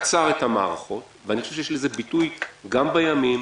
קצר את המערכות ואני חושב שיש לזה ביטוי גם בימים,